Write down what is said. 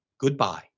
goodbye